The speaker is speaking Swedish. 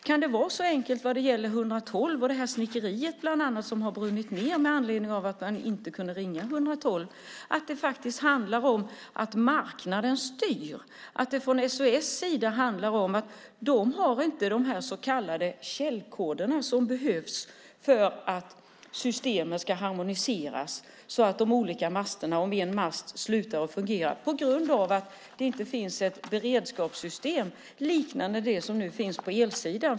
Kan det vara så enkelt vad gäller att ringa 112 - snickeriet som brann ned därför att det inte gick att ringa 112 - att marknaden styr? Från SOS sida handlar det om att de inte har tillgång till de så kallade källkoderna som behövs för att systemen ska harmoniseras. En mast kan sluta att fungera, på grund av att det inte finns ett beredskapssystem liknande det som finns på elsidan.